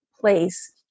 place